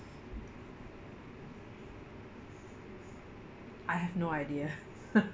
I have no idea